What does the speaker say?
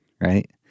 right